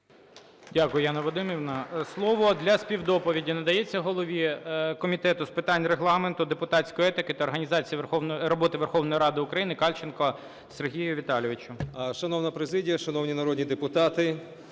Дякую, Яно Вадимівно. Слово для співдоповіді надається голові Комітету з питань Регламенту, депутатської етики та організації роботи Верховної Ради України Кальченко Сергію Віталійовичу. 12:25:58 КАЛЬЧЕНКО С.В. Шановна президія, шановні народні депутати!